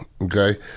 okay